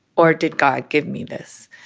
or did god give me this?